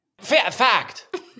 Fact